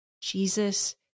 Jesus